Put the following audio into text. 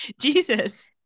jesus